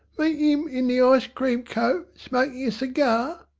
mean im in the ice cream coat, smokin' a cigar?